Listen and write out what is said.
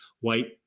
white